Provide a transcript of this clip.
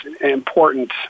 important